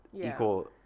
equal